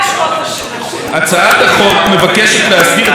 הצעת החוק מבקשת להסדיר את היחסים החוזיים וההגנות